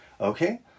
Okay